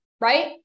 right